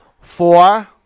Four